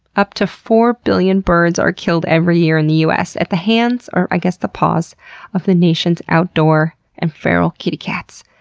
up to four billion birds are killed every year in the us at the hands or, i guess, the paws of the nation's outdoor and feral kitty cats.